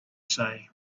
say